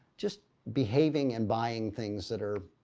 just behaving and buying things that are,